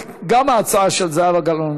גם ההצעה של זהבה גלאון,